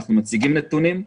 אנחנו מציגים נתונים.